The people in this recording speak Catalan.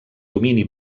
domini